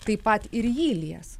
taip pat ir jį lies